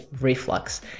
reflux